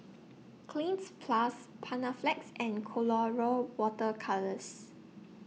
Cleanz Plus Panaflex and Colora Water Colours